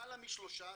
למעלה מ-13,